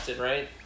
right